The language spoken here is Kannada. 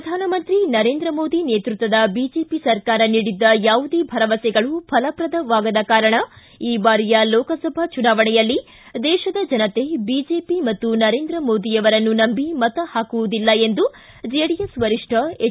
ಪ್ರಧಾನಮಂತ್ರಿ ನರೇಂದ್ರ ಮೋದಿ ನೇತೃತ್ವದ ಬಿಜೆಪಿ ಸರ್ಕಾರ ನೀಡಿದ್ದ ಯಾವುದೇ ಭರವಸೆಗಳು ಫಲಪ್ರದವಾಗದ ಕಾರಣ ಈ ಬಾರಿಯ ಲೋಕಸಭಾ ಚುನಾವಣೆಯಲ್ಲಿ ದೇಶದ ಜನತೆ ಬಿಜೆಪಿ ಮತ್ತು ನರೇಂದ್ರ ಮೋದಿಯವರನ್ನು ನಂಬಿ ಮತ ಹಾಕುವುದಿಲ್ಲ ಎಂದು ಜೆಡಿಎಸ್ ವರಿಷ್ಠ ಹೆಚ್